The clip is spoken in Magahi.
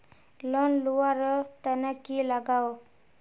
लोन लुवा र तने की लगाव?